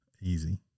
easy